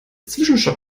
zwischenstopp